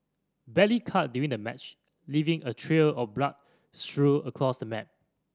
badly cut during the match leaving a trail of blood strewn across the mat